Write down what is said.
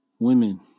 Women